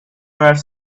were